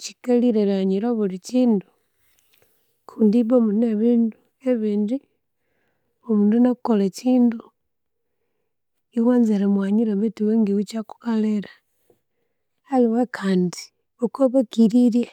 Kikalhire erighanyira obhuli kindu, kundi ibwa mune ebindu ebindi omundu inakukolha ekindu, iwanza erimughanyira beithu iwe ngiwe ikyakukalira. Aliwe kandi okwabikirirye